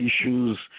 issues